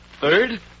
Third